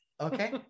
okay